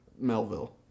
Melville